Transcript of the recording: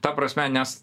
ta prasme nes